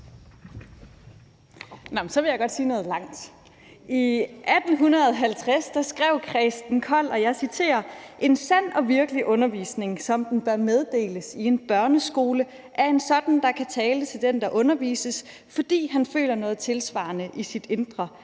I 1850 skrev Christen Kold, og jeg citerer: En sand og virkelig undervisning, som den bør meddeles i en børneskole, er en sådan, der kan tale til den, der undervises, fordi han føler noget tilsvarende i sit indre – en